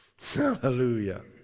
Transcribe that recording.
Hallelujah